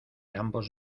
ambos